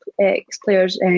ex-players